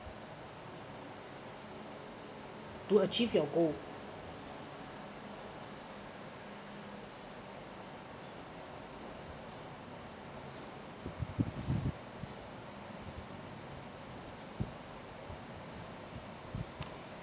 to achieve your goal